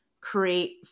create